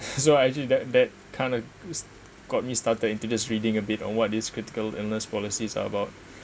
so I actually that that kind of got me started into this reading a bit on what this critical illness policies is all about